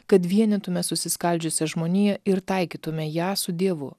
kad vienytume susiskaldžiusią žmoniją ir taikytume ją su dievu